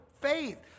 faith